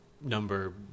number